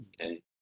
Okay